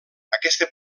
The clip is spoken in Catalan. aquesta